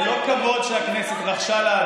כי זה בעייתי, אז זה לא כבוד שהכנסת רחשה לאדם.